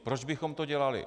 Proč bychom to dělali?